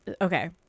okay